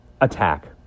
attack